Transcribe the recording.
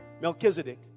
Melchizedek